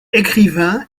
écrivain